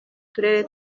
turere